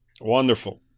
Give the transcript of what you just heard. Wonderful